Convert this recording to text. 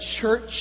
church